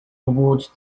awards